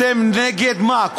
אתם נגד מה?